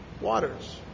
waters